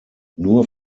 nur